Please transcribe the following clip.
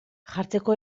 jartzeko